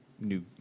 New